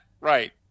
right